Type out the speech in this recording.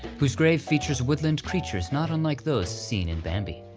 whose grave features woodland creatures not unlike those seen in bambi.